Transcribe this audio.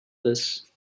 this